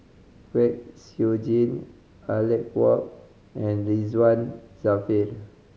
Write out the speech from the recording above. Kwek Siew Jin Alec Kuok and Ridzwan Dzafir